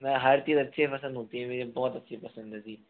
मैं हर चीज़ अच्छी ही पसंद होती है मुझे बहुत अच्छी पसंद है जी